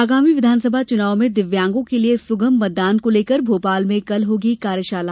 आगामी विधानसभा चुनाव में दिव्यांगों के लिये सुगम मतदान को लेकर भोपाल में कल होगी कार्यशाला